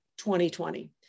2020